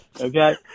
Okay